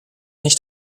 nicht